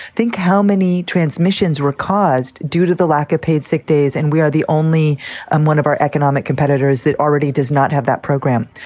think how many transmissions were caused due to the lack of paid sick days. and we are the only and one of our. anomic competitors that already does not have that program.